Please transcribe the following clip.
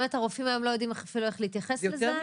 הרופאים היום באמת לא יודעים אפילו איך להתייחס לזה?